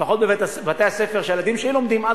לפחות בבתי-הספר שהילדים שלי לומדים בו,